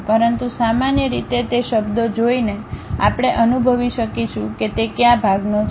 પરંતુ સામાન્ય રીતે તે શબ્દો જોઈને આપણે અનુભવી શકીશું કે તે કયા ભાગનો છે